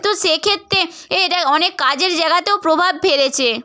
তো সেক্ষেত্রে এ এটা অনেক কাজের জায়গাতেও প্রভাব ফেলেছে